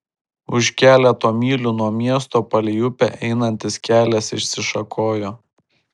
už keleto mylių nuo miesto palei upę einantis kelias išsišakojo